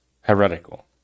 heretical